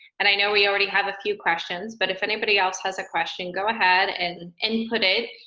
and i know we already have a few questions. but if anybody else has a question, go ahead and input it.